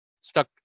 stuck